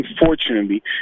Unfortunately